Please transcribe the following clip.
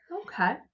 okay